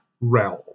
realm